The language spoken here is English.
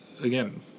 again